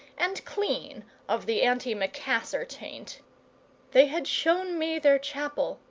and clean of the antimacassar taint they had shown me their chapel,